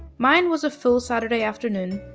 mine was a full saturday afternoon.